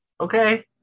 okay